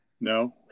No